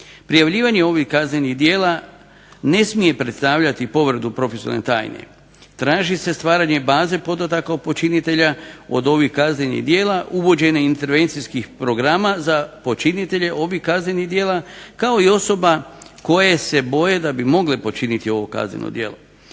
Prijavljivanje ovih kaznenih djela ne smije predstavljati povredu profesionalne tajne, traži se stvaranje i baze podataka o počinitelja od ovih kaznenih djela, uvođenje intervencijskih programa za počinitelje ovih kaznenih djela kao i osoba koje se boje da bi mogle počiniti ovo kazneno djelo.